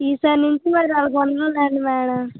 ఈ సారి నుంచి మరి అలాగ ఉండనులే అండి మేడం